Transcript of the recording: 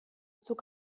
zuk